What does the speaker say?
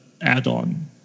Add-on